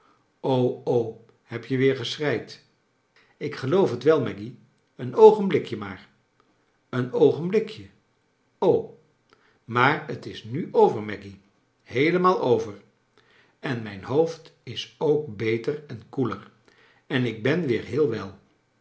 heb je weer geschreid ik geloof het wel maggy een oogenblikje maar een oogenblikje o i maar t is nu over maggy heelemaal over en mijn hoofd is ook beter en koeler en ik ben weer heel wel